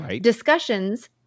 Discussions